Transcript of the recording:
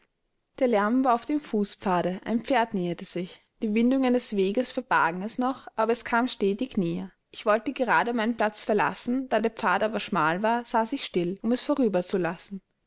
der lärm war auf dem fußpfade ein pferd näherte sich die windungen des weges verbargen es noch aber es kam stetig näher ich wollte gerade meinen platz verlassen da der pfad aber schmal war saß ich still um es vorüber